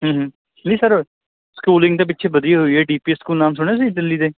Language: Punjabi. ਨਹੀਂ ਸਰ ਸਕੂਲਿੰਗ ਤਾਂ ਪਿੱਛੇ ਵਧੀ ਹੋਈ ਹੈ ਡੀਪੀ ਸਕੂਲ ਨਾਮ ਸੁਣਿਆਂ ਤੁਸੀ ਦਿੱਲੀ ਦੇ